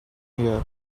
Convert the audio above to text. here